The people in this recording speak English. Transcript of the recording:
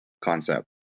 concept